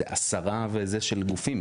הסרה של גופים,